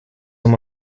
amb